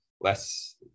less